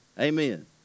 Amen